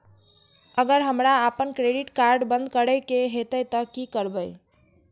अगर हमरा आपन क्रेडिट कार्ड बंद करै के हेतै त की करबै?